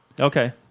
Okay